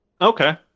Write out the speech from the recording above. Okay